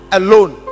alone